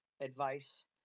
advice